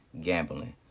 gambling